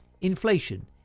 inflation